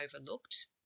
overlooked